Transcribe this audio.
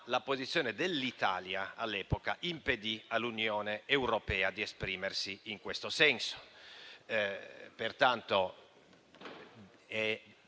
la posizione dell'Italia all'epoca impedì all'Unione europea di esprimersi in questo senso.